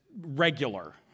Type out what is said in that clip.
regular